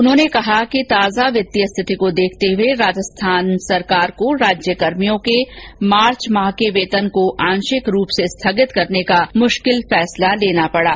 उन्होंने कहा कि ताजा वित्तीय स्थिति को देखते हुए राजस्थान सरकार को राज्यकर्मियों के मार्च माह के वेतन को आंशिक रूप से स्थगित करने का मुश्किल फैसला लेना पडा